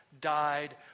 died